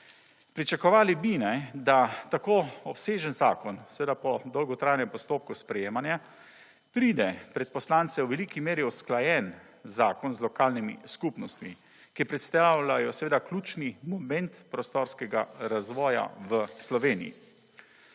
Pričakovali bi, da tako obsežen zakon, seveda po dolgotrajnem postopku sprejemanja pride pred poslance v veliki meri usklajen zakon z lokalnimi skupnostmi, ki predstavljajo ključni moment prostorskega razvolja v Sloveniji.